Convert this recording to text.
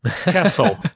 Castle